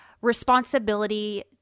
responsibility